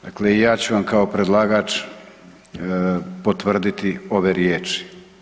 Dakle ja ću vam kao predlagač potvrditi ove riječi.